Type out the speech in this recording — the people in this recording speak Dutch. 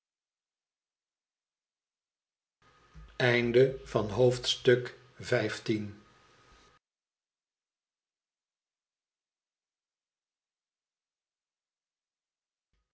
hoofdstuk van het